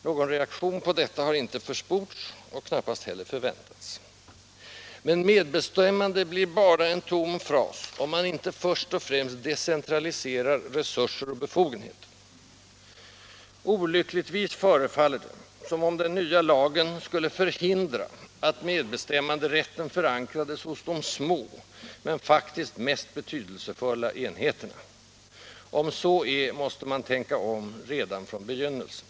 Någon reaktion på detta har inte försports, och knappast heller förväntats. Men medbestämmande blir bara en tom fras om man inte först och främst decentraliserar resurser och befogenheter. Olyckligtvis förefaller det som om den nya lagen skulle förhindra att medbestämmanderätten förankrades hos de små — men faktiskt mest betydelsefulla — enheterna. Om så är måste man tänka om redan från begynnelsen.